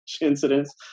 incidents